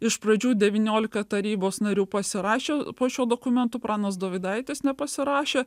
iš pradžių devyniolika tarybos narių pasirašė po šiuo dokumentu pranas dovydaitis nepasirašė